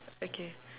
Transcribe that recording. okay